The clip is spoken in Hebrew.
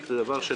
מפאת הזמן,